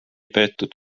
peetud